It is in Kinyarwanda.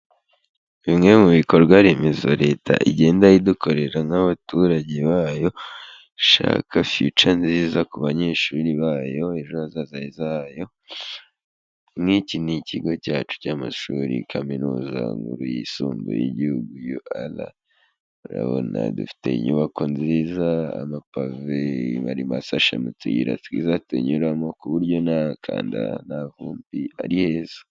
Bimwe mu bikorwa remezo leta igenda idukorera nk'abaturage bayo, ishaka future nziza ku banyeshuri bayo, ejo hazaza heza hayo, nk'iki ni ikigo cyacu cy'amashuri kaminuza nkuru yisumbuye y'igihugu UR, urabona dufite inyubako nziza amapave ashashe mu tuyira twiza tunyuramo, ku buryo nta kanda, nta vumbi ari heza.